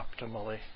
optimally